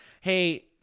Hey